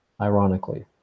ironically